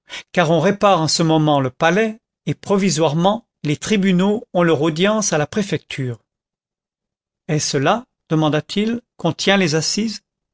car on répare en ce moment le palais et provisoirement les tribunaux ont leurs audiences à la préfecture est-ce là demanda-t-il qu'on tient les assises